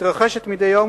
מתרחשת מדי יום,